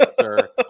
sir